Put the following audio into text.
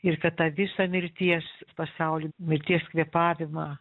ir kad tą visą mirties pasaulį mirties kvėpavimą